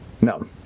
no